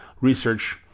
research